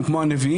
הם כמו הנביאים,